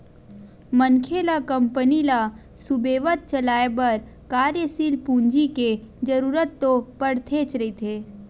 मनखे ल कंपनी ल सुबेवत चलाय बर कार्यसील पूंजी के जरुरत तो पड़तेच रहिथे